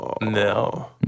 No